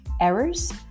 errors